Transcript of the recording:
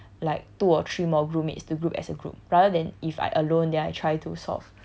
like two or three more group mates to group as a group rather than if I alone then I try to solve